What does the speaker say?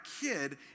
kid